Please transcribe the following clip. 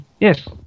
Yes